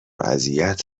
اذیت